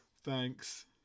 Thanks